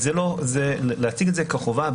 להציג את זה כחובה,